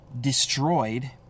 destroyed